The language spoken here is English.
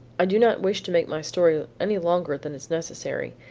i do not wish to make my story any longer than is necessary,